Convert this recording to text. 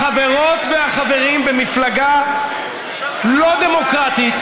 החברות והחברים במפלגה לא דמוקרטית,